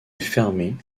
fermées